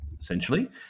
essentially